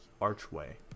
archway